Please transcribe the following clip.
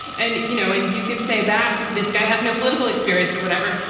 and you know, and you could say back, this guy has no political experience or whatever.